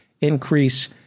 increase